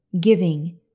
giving